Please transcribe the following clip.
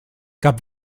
gab